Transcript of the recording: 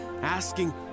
asking